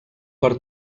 per